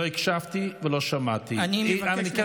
סליחה, לא שמעתי, אני מתנצל.